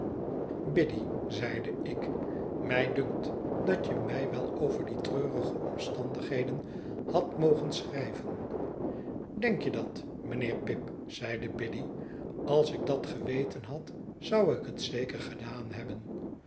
biddy zeide ik mij dunkt dat je mij wel over die treurige omstahdigheden hadt mogen schrijven denk je dat mijnheer pip zeide biddy als ik dat geweten had zou ik het zeker gedaan hebben